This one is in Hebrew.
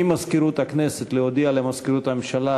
ממזכירות הכנסת להודיע למזכירות הממשלה